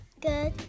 Good